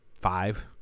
five